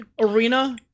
arena